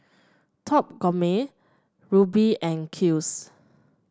Top Gourmet Rubi and Kiehl's